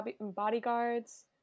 bodyguards